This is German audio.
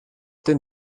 den